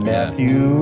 Matthew